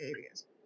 areas